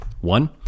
One